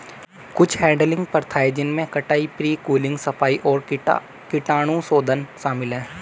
कुछ हैडलिंग प्रथाएं जिनमें कटाई, प्री कूलिंग, सफाई और कीटाणुशोधन शामिल है